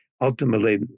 ultimately